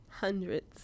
hundreds